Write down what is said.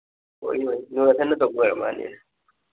ꯍꯣꯏ ꯍꯣꯏ ꯇꯧꯕ ꯑꯣꯏꯔ ꯃꯥꯜꯂꯦ